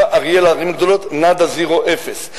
אריאל, הערים הגדולות, נאדה, זירו, אפס.